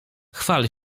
chwal